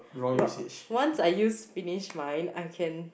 wha~ once I used finish mine I can